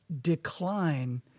decline